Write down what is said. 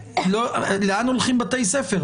לאן הולכים בתי ספר?